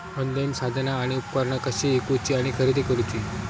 Online साधना आणि उपकरणा कशी ईकूची आणि खरेदी करुची?